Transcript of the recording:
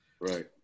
Right